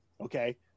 okay